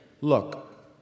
look